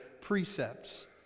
precepts